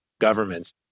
governments